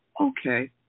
okay